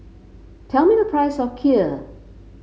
tell me the price of Kheer